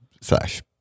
slash